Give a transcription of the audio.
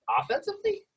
Offensively